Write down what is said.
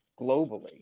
globally